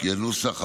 כנוסח הוועדה.